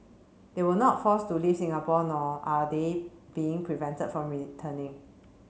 they were not forced to leave Singapore nor are they being prevented from returning